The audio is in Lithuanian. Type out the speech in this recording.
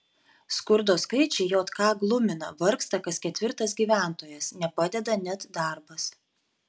skurdo skaičiai jk glumina vargsta kas ketvirtas gyventojas nepadeda net darbas